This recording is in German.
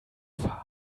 fahren